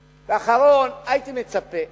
ואחרון: הייתי מצפה,